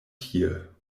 tie